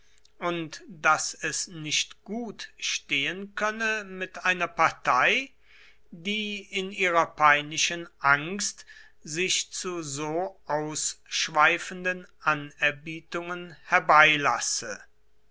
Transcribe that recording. und daß es nicht gut stehen könne mit einer partei die in ihrer peinlichen angst sich zu so ausschweifenden